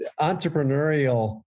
entrepreneurial